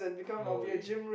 no way